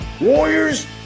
warriors